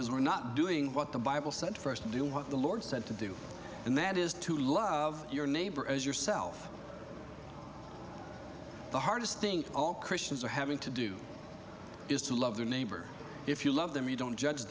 is we're not doing what the bible said for us to do what the lord said to do and that is to love your neighbor as yourself the hardest thing all christians are having to do is to love your neighbor if you love them you don't judge